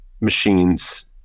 machines